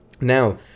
Now